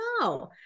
no